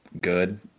good